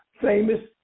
famous